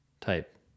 type